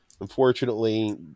unfortunately